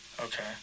Okay